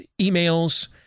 emails